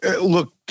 Look